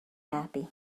happy